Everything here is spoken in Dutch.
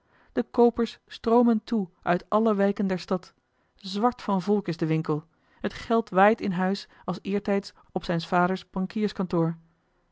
de koopers stroomen toe uit alle wijken der stad zwart van volk is de winkel het geld waait in huis als eertijds op zijns vaders